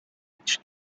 reach